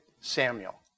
Samuel